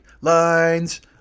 Lines